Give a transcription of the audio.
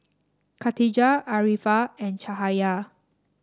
Katijah Arifa and Cahaya